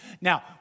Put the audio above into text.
Now